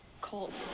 cold